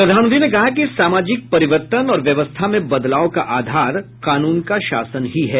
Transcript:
प्रधानमंत्री ने कहा कि सामाजिक परिवर्तन और व्यवस्था में बदलाव का आधार कानून का शासन ही है